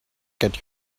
get